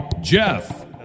Jeff